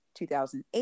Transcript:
2008